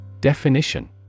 Definition